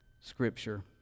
scripture